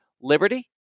Liberty